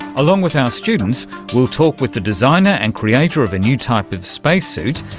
along with our students we'll talk with the designer and creator of a new type of space suit,